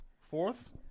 fourth